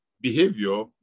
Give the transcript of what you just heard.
behavior